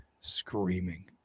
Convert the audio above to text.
screaming